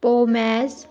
pomace